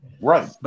Right